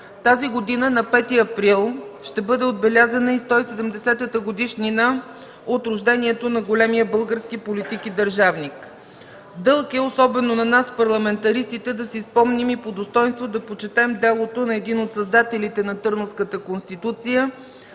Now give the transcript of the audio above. Тази година на 5 април ще бъде отбелязана и 170-ата годишнина от рождението на големия български политик и държавник. Дълг е особено на нас, парламентаристите да си спомним и по достойнство да почетем делото на един от създателите на Търновската конституция,